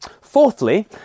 Fourthly